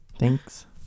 thanks